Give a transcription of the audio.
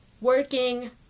working